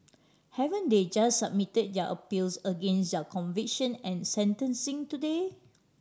haven't they just submit their appeals against their conviction and sentencing today